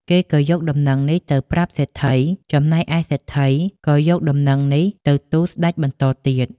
គេក៏យកដំណឹងនេះទៅប្រាប់សេដ្ឋី ចំណែកឯសេដ្ឋីក៏យកដំណឹងនេះទៅទូលស្តេចបន្តទៀត។